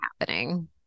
happening